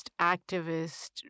activist